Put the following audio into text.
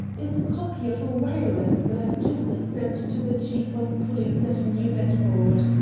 is a copy of a wireless that i've just sent to the chief of police at new bedford.